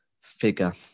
figure